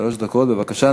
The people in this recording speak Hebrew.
שלוש דקות, בבקשה.